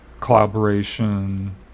collaboration